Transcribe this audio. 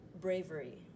bravery